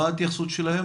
ההתייחסות שלהם?